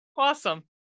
Awesome